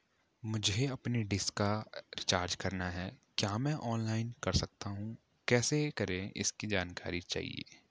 मुझे अपनी डिश का रिचार्ज करना है क्या मैं ऑनलाइन कर सकता हूँ कैसे करें इसकी जानकारी चाहिए?